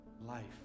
life